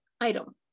item